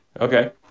Okay